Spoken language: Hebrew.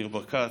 ניר ברקת,